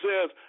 says